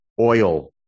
oil